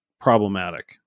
problematic